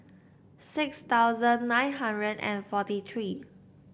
six thousand nine hundred and forty three